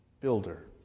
builder